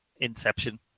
Inception